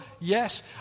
Yes